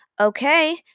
Okay